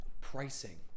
pricing